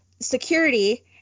security